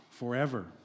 forever